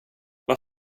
vad